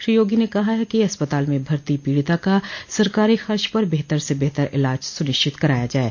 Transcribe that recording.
श्री योगी ने कहा है कि अस्पताल में भर्ती पीड़िता का सरकारी खर्च पर बेहतर से बेहतर इलाज सुनिश्चित कराया जाये